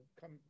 Come